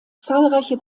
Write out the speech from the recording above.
zahlreiche